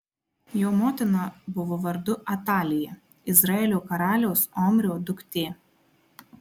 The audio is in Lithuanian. jo motina buvo vardu atalija izraelio karaliaus omrio duktė